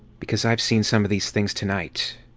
because i've seen some of these things tonight.